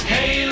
Hey